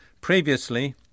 Previously